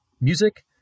music